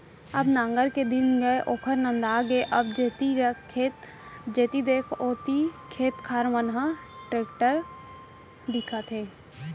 अब नांगर के दिन गय ओहर नंदा गे अब जेती देख ओती खेत खार मन म टेक्टरेच दिखत हे